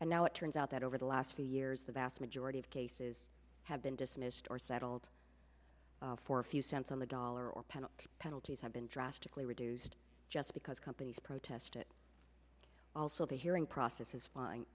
and now it turns out that over the last few years the vast majority of cases have been dismissed or settled for a few cents on the dollar or penalty penalties have been drastically reduced just because companies protest it also the hearing process is